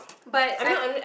but I've